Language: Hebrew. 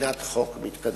כמדינת חוק מתקדמת.